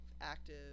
active